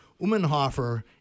Umenhofer